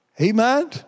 Amen